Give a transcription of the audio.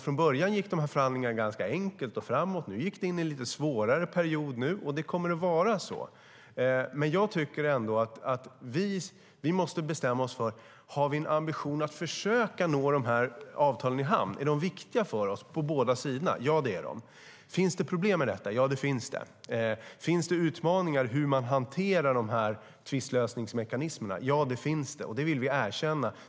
Från början gick dessa förhandlingar ganska enkelt och framåt. Nu gick de in i en lite svårare period. Och så kommer det att vara. Jag tycker dock ändå att vi måste bestämma oss - har vi en ambition att försöka få avtalen i hamn? Är de viktiga för oss, på båda sidor? Ja, det är de. Finns det problem med detta? Ja, det finns det. Finns det utmaningar i hur man hanterar tvistlösningsmekanismerna? Ja, det finns det, och det vill vi erkänna.